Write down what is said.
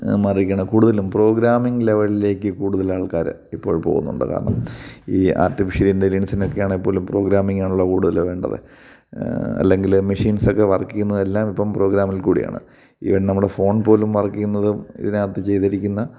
മാറിയിരിക്കാണ് കൂടുതലും പ്രോഗ്രാമിങ് ലെവെലിലേക്ക് കൂടുതൽ ആൾക്കാർ ഇപ്പോൾ പോകുന്നുണ്ട് കാരണം ഈ ആർട്ടിഫിഷ്യൽ ഇൻ്റെലിജൻസിനൊക്കെ ആണെപ്പോലും പ്രോഗ്രാമ്മിങ്ങാണല്ലോ കൂടുതൽ വേണ്ടത് അല്ലെങ്കിൽ മെഷീൻസ് ഒക്കെ വർക്ക് ചെയ്യുന്നതെല്ലാം ഇപ്പോൾ പ്രോഗ്രാമ്മിൽ കൂടെയാണ് ഇവൺ നമ്മുടെ ഫോൺ പോലും വർക്ക് ചെയ്യുന്നത് ഇതിനകത്ത് ചെയ്തിരിക്കുന്ന